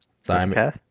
simon